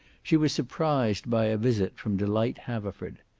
she was surprised by a visit from delight haverford.